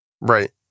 Right